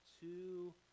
two